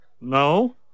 No